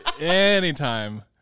Anytime